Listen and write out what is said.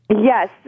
Yes